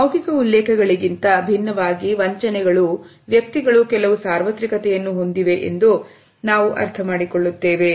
ಮೌಖಿಕ ಉಲ್ಲೇಖಗಳಿಗಿಂತ ಭಿನ್ನ ವಾಗಿ ವಂಚನೆಗಳು ವ್ಯಕ್ತಿಗಳು ಕೆಲವು ಸಾರ್ವತ್ರಿಕತೆಯನ್ನು ಹೊಂದಿವೆಯೆಂದು ನಾವು ಅರ್ಥಮಾಡಿಕೊಳ್ಳುತ್ತೇವೆ